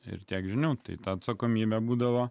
ir tiek žinių tai ta atsakomybė būdavo